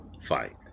fight